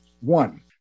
One